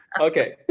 Okay